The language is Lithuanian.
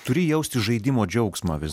turi jausti žaidimo džiaugsmą vis